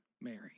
Mary